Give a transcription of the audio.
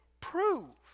prove